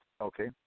okay